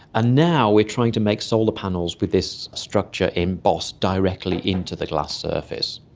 ah now we're trying to make solar panels with this structure embossed directly into the glass surface.